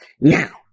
now